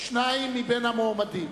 שניים מהמועמדים.